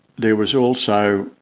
there was also,